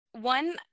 One